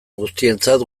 guztientzat